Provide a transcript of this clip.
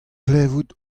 klevet